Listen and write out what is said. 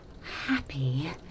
happy